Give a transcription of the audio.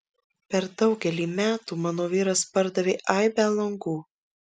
per daugelį metų mano vyras pardavė aibę langų